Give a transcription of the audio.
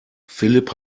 philipp